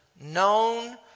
known